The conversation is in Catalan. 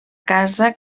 casa